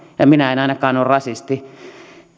ja minä en ainakaan ole rasisti